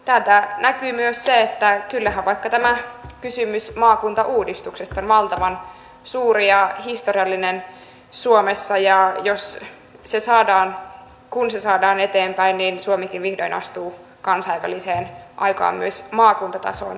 täältä näkyy myös vaikka tämä kysymys maakuntauudistuksesta valtavan suuri ja historiallinen asia suomessa ja jos se saadaan kun se saadaan eteenpäin niin suomikin vihdoin astuu kansainväliseen aikaan myös maakuntatason rakenteessa